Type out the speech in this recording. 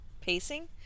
pacing